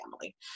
family